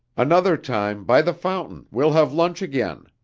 another time, by the fountain, we'll have lunch again.